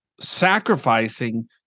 sacrificing